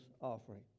offering